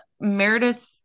Meredith